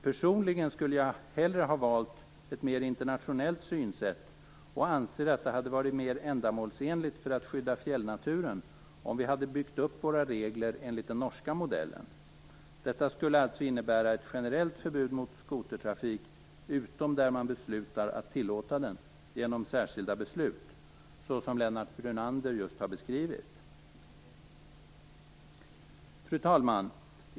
Personligen skulle jag hellre ha valt ett mer internationellt synsätt och anser att det hade varit mer ändamålsenligt för att skydda fjällnaturen om vi hade byggt upp våra regler enligt den norska modellen. Detta skulle alltså innebära ett generellt förbud mot skotertrafik, utom där man genom särskilda beslut tillåter den, så som Lennart Brunander just har beskrivit. Fru talman!